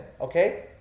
Okay